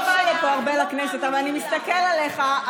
אני לא באה לפה הרבה, לכנסת, אבל אני מסתכלת עליך.